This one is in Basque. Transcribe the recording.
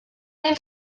hain